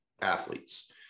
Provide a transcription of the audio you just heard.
athletes